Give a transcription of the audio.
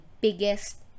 biggest